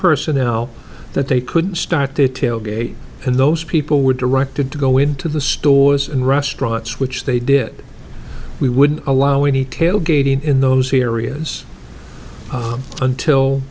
personnel that they couldn't start their tailgate and those people were directed to go into the stores and restaurants which they did we wouldn't allow any tailgating in those areas until